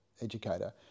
educator